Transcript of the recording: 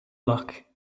luck